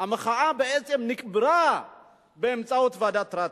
המחאה בעצם נקברה באמצעות ועדת-טרכטנברג.